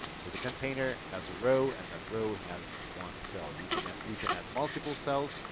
so the container has a row and that row has one cell. you can you can add multiple cells.